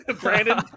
Brandon